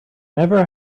never